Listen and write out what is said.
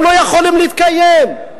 הם לא יכולים להתקיים.